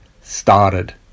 started